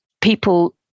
people